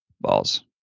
balls